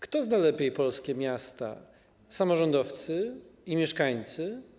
Kto zna lepiej polskie miasta: samorządowcy, mieszkańcy?